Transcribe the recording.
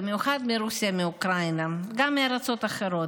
במיוחד מרוסיה ומאוקראינה וגם מארצות אחרות.